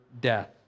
death